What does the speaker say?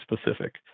specific